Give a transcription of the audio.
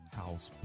house